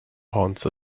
haunts